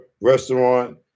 Restaurant